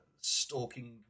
stalking